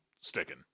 sticking